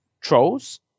trolls